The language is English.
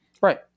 Right